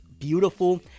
beautiful